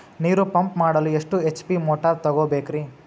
ನೀರು ಪಂಪ್ ಮಾಡಲು ಎಷ್ಟು ಎಚ್.ಪಿ ಮೋಟಾರ್ ತಗೊಬೇಕ್ರಿ?